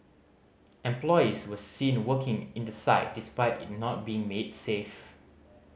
employees were seen working in the site despite it not being made safe